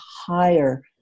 higher